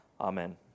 Amen